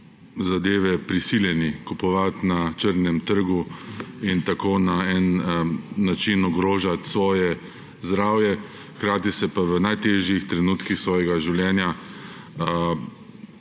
zadeve prisiljeni kupovati na črnem trgu in tako na nek način ogrožati svoje zdravje, hkrati pa se v najtežjih trenutkih svojega življenja